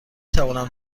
توانم